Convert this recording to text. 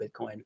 Bitcoin